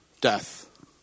death